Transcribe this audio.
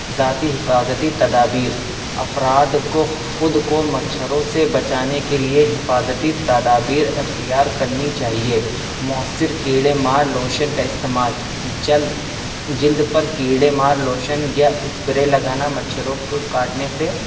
ذاتی حفاظتی تدابیر افراد کو خود کو مچھروں سے بچانے کے لیے حفاظتی تدابیر اختیار کرنی چاہیے مؤثر کیڑے مار لوشن کا استعمال جلد جلد پر کیڑے مار لوشن یا اسپرے لگانا مچھروں کے کاٹنے سے